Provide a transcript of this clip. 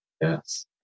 Yes